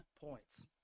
points